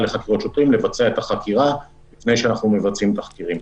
לחקירות שוטרים לבצע את החקירה לפני שאנחנו מבצעים תחקירים.